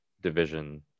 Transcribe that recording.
division